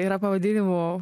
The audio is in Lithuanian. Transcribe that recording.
yra pavadinimų